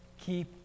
keep